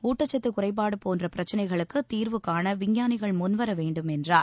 ஊட்டச்சத்து குறைபாடு போன்ற பிரச்னைகளுக்குத் தீர்வுகாண விஞ்ஞாளிகள் முன்வர வேண்டுமென்றார்